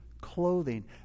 clothing